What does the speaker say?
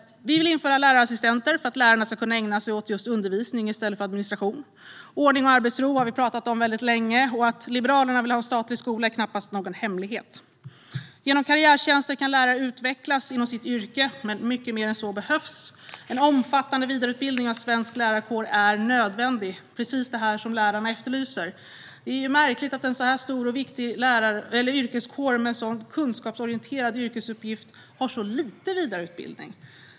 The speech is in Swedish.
Vi vill införa lärarassistenter för att lärarna ska kunna ägna sig åt undervisning i stället för åt administration. Ordning och arbetsro har vi talat om väldigt länge. Att Liberalerna vill ha statlig skola är knappast någon hemlighet. Genom karriärtjänster kan lärare utvecklas inom sitt yrke, men mycket mer än så behövs. En omfattande vidareutbildning av svensk lärarkår är nödvändig. Det är precis detta som lärarna efterlyser. Det är märkligt att en sådan stor och viktig yrkeskår med en kunskapsorienterad yrkesuppgift har så lite vidareutbildning.